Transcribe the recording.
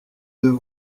deux